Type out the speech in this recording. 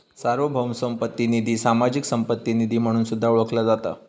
सार्वभौम संपत्ती निधी, सामाजिक संपत्ती निधी म्हणून सुद्धा ओळखला जाता